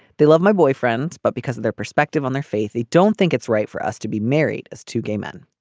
they love my boyfriends but because of their perspective on their faith i don't think it's right for us to be married to gay men.